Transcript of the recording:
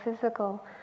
physical